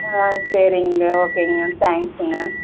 ஆ சரிங்க ஓகேங்க தேங்க்ஸுங்க